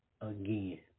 again